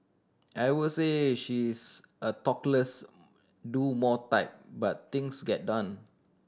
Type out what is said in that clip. I would say she is a talk less do more type but things get done